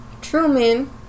Truman